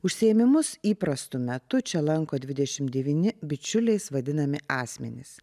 užsiėmimus įprastu metu čia lanko dvidešimt devyni bičiuliais vadinami asmenys